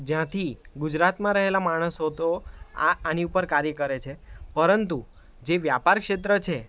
જ્યાંથી ગુજરાતમાં રહેલા માણસો તો આ આની ઉપર કાર્ય કરે છે પરંતુ જે વ્યાપાર ક્ષેત્ર છે